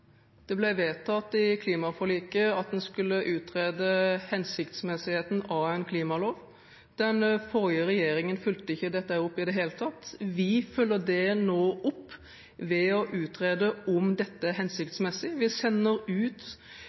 Det ble vedtatt i klimaforliket at en skulle utrede hensiktsmessigheten ved en klimalov. Den forrige regjeringen fulgte ikke opp dette i det hele tatt. Vi følger det opp nå ved å utrede om dette er hensiktsmessig. Vi